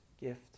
gift